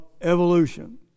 evolution